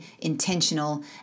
intentional